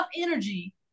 energy